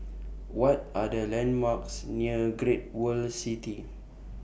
What Are The landmarks near Great World City